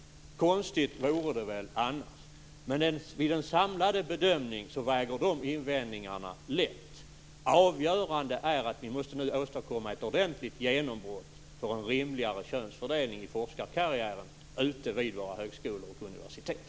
Konstigt vore det väl annars. Men vid en samlad bedömning väger ändå de invändningarna lätt. Avgörande är att vi nu måste åstadkomma ett ordentligt genombrott för en rimligare könsfördelning i forskarkarriären ute vid våra högskolor och universitet.